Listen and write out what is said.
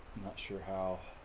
not sure how